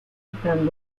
están